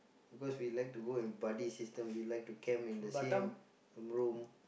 because we like to go and buddy system we like to camp in the same room